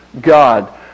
God